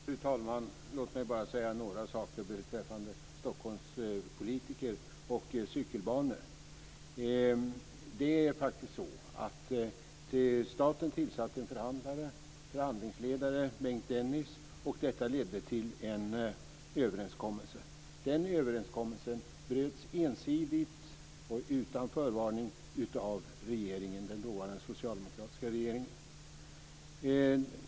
Fru talman! Låt mig bara säga några saker beträffande Stockholmspolitiker och cykelbanor. Dennis, och detta ledde till en överenskommelse. Den överenskommelsen bröts ensidigt och utan förvarning av den dåvarande socialdemokratiska regeringen.